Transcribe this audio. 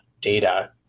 data